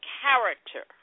character